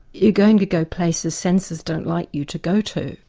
you're going to go places senses don't like you to go to.